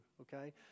okay